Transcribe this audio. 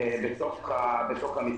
בתוך המשרד,